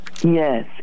Yes